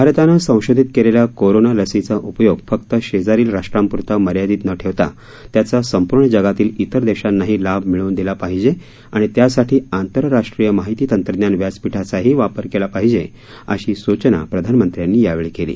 भारतानं संशोधित केलेल्या कोरोना लसीचा उपयोग फक्त शेजारील राष्ट्राप्रता मर्यादित न ठेवता त्याचा संपूर्ण जगातील इतर देशानांही लाभ मिळवून दिला पाहिजे आणि त्यासाठी आंतरराष्ट्रीय माहिती तंत्रज्ञान व्यासपीठाचा ही वापर केला पाहिजे अशी सूचना प्रधानमंत्र्यांनी यावेळी केली